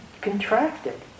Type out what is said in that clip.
contracted